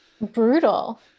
Brutal